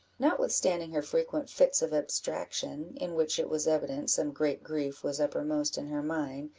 notwithstanding her frequent fits of abstraction, in which it was evident some great grief was uppermost in her mind,